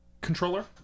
Controller